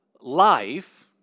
life